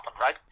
right